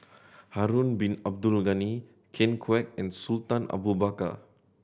Harun Bin Abdul Ghani Ken Kwek and Sultan Abu Bakar